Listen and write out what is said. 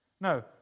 No